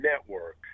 network